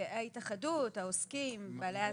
ההתאחדות, העוסקים, בעלי העסקים.